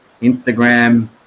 Instagram